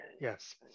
yes